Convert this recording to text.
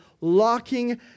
locking